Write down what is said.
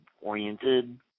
oriented